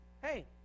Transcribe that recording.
hey